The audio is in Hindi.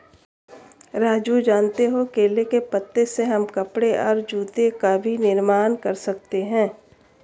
राजू जानते हो केले के पत्ते से हम कपड़े और जूते का भी निर्माण कर सकते हैं